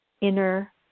inner